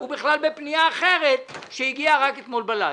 בכלל בפנייה אחרת שהגיעה רק אתמול בלילה,